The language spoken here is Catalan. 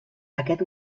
aquest